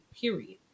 Period